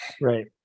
Right